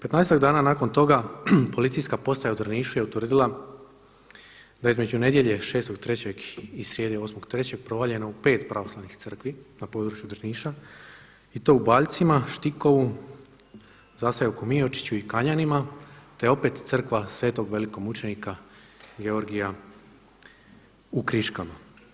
Petnaestak dana nakon toga Policijska postaja u Drnišu je utvrdila da između nedjelje 6.3. i srijede 8.3. provaljeno u pet pravoslavnih crkvi na području Drniša i to u Baljcima, Štikovu, zaseoku MIočiću i Kanjanima, te opet Crkva Svetog velikomučenika Georgija u Kriškama.